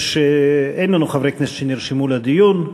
אין חברי כנסת שנרשמו לדיון.